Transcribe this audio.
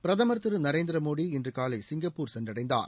பிரதமர் திரு நரேந்திர மோடி இன்று காலை சிங்கப்பூர் சென்றடைந்தார்